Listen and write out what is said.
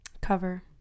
Cover